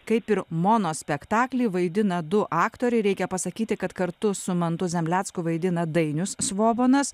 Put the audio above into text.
kaip ir monospektaklyje vaidina du aktoriai reikia pasakyti kad kartu su mantu zemlecku vaidina dainius svobonas